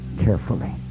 carefully